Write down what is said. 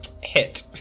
hit